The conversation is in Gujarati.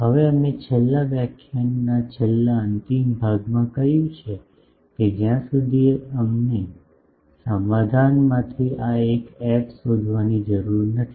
હવે અમે છેલ્લા વ્યાખ્યાનના છેલ્લા અંતિમ ભાગમાં કહ્યું છે કે જ્યાં સુધી અમને સમાધાનમાંથી આ એફ શોધવાની જરૂર નથી